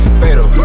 fatal